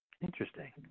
Interesting